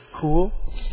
Cool